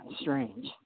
strange